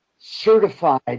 certified